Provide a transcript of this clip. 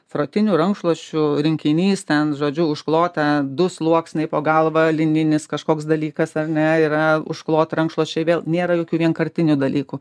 frotinių rankšluosčių rinkinys ten žodžiu užklota du sluoksniai po galva lininis kažkoks dalykas ar ne yra užkloti rankšluosčiai vėl nėra jokių vienkartinių dalykų